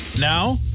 Now